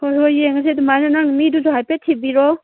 ꯍꯣꯏ ꯍꯣꯏ ꯌꯦꯡꯉꯁꯤ ꯑꯗꯨꯃꯥꯏꯅ ꯅꯪ ꯃꯤꯗꯨꯁꯨ ꯍꯥꯏꯐꯦꯠ ꯊꯤꯕꯤꯔꯣ